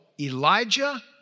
Elijah